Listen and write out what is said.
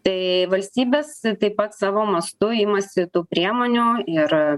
tai valstybės taip pat savo mastu imasi tų priemonių ir